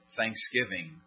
thanksgiving